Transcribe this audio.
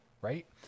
right